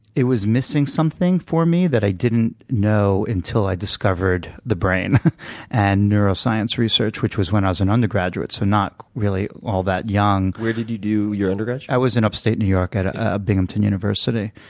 it was missing something for me that i didn't know until i discovered the brain and neuroscience research, which was when i was an undergraduate, so not really all that young. where did you do your undergraduate? i was in upstate new york at ah binghamton university.